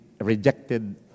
rejected